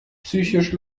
psychisch